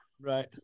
Right